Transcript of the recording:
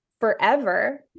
forever